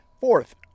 Fourth